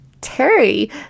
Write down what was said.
Terry